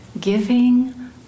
Giving